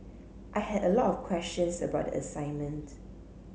I had a lot of questions about the assignment